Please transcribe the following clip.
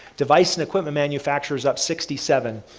device and equipment manufacturers up sixty seven,